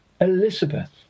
Elizabeth